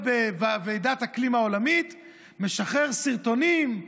בוועידת האקלים העולמית משחרר סרטונים,